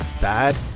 bad